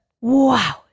Wow